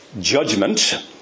Judgment